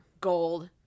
gold